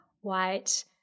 white